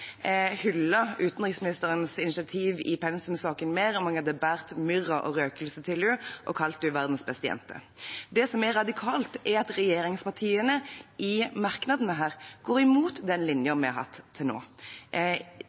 jeg hadde båret myrra og røkelse til henne og kalt henne verdens beste jente. Det som er radikalt, er at regjeringspartiene i merknadene her går imot den linjen vi har hatt til nå.